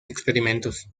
experimentos